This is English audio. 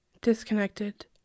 disconnected